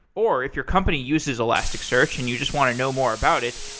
or if your company uses elasticsearch and you just want to know more about it,